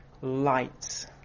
lights